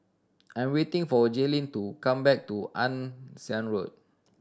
I'm waiting for Jaylen to come back from Ann Siang Road